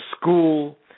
school